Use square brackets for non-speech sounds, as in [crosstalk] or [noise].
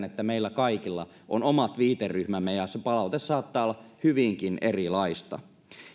[unintelligible] että meillä kaikilla on omat viiteryhmämme ja se palaute saattaa olla hyvinkin erilaista